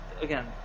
again